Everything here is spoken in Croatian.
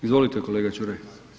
Izvolite kolega Čuraj.